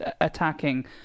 attacking